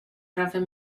framför